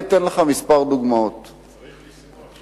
צריך לשמוח,